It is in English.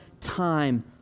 time